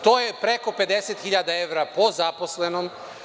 To je preko 50.000 evra po zaposlenom.